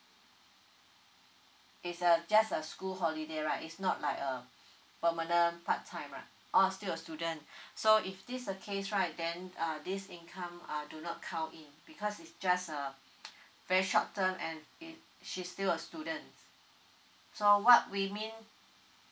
it's a just a school holiday right is not like a permanent part time ah or still a student so if this the case right then uh this income uh do not count in because it's just a very short term and if she still a student so what we mean